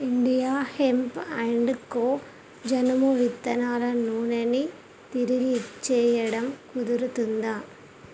India hemp and co జనుము విత్తనాల నూనెని తిరిగిచ్చేయడం కుదురుతుందా